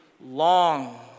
long